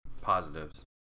Positives